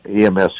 EMS